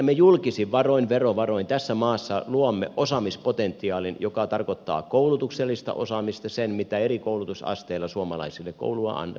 me julkisin varoin verovaroin tässä maassa luomme osaamispotentiaalin joka tarkoittaa koulutuksellista osaamista sitä mitä eri koulutusasteilla suomalaisille koulutusta annetaan